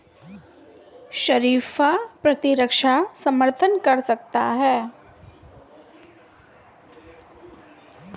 शरीफा प्रतिरक्षा का समर्थन कर सकता है